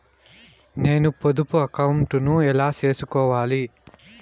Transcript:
నేను పొదుపు అకౌంటు ను ఎలా సేసుకోవాలి?